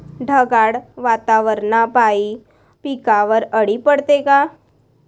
ढगाळ वातावरनापाई पिकावर अळी पडते का?